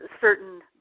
certain